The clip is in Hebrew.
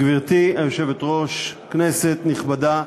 גברתי היושבת-ראש, כנסת נכבדה,